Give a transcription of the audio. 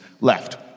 left